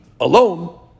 alone